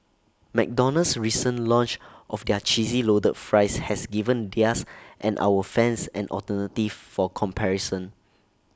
McDonald's recent launch of their cheesy loaded fries has given theirs and our fans an alternative for comparison